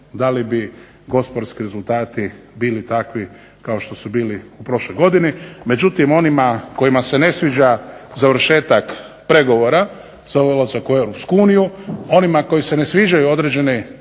da li bi gospodarski rezultati bili takvi kao što su bili u prošloj godini. Međutim, onima kojima se ne sviđa završetak pregovora za ulazak u Europsku uniju, onima kojima se ne sviđaju određeni makroekonomski